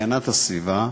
הגנת הסביבה,